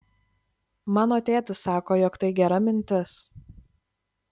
mano tėtis sako jog tai gera mintis